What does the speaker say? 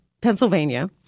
Pennsylvania